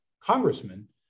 congressman